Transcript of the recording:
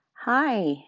Hi